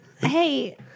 hey